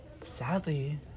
sadly